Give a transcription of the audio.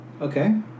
Okay